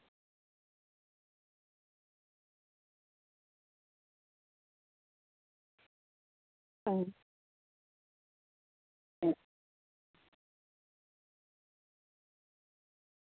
ᱦᱩᱸ